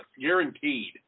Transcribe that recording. Guaranteed